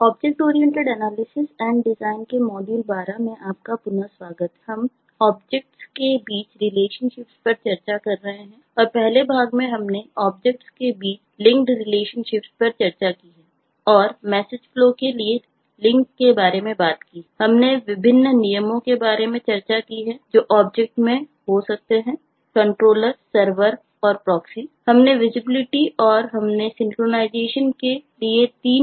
object oriented analysis and design